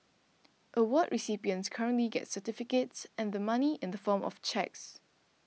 award recipients currently get certificates and the money in the form of cheques